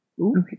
Okay